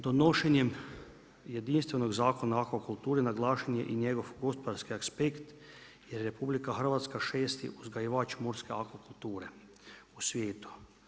Donošenjem jedinstvenog Zakona o akvakulturi naglašen je i njegov gospodarski aspekt jer je RH 6. uzgajivač morske akvakulture u svijetu.